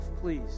Please